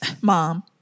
mom